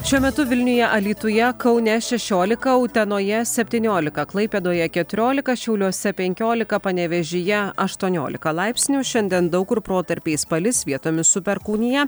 šiuo metu vilniuje alytuje kaune šešiolika utenoje septyniolika klaipėdoje keturiolika šiauliuose penkiolika panevėžyje aštuoniolika laipsnių šiandien daug kur protarpiais palis vietomis su perkūnija